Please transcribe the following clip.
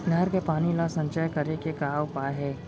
नहर के पानी ला संचय करे के का उपाय हे?